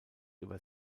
über